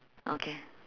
okay